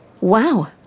Wow